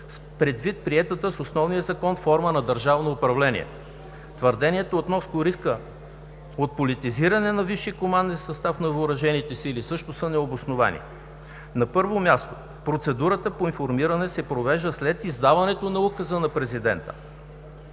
предвид приетата с основния Закон форма на държавно управление. Твърдението относно риска от политизиране на висшия команден състав на Въоръжените сили също са необосновани. На първо място процедурата по информиране се провежда след издаването на Указа на президента.